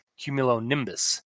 cumulonimbus